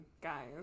guys